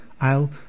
I'll